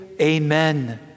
amen